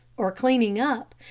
or cleaning up,